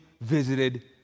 visited